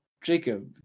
Jacob